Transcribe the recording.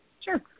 Sure